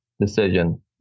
Decision